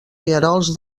rierols